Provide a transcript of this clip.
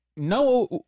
No